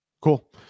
Cool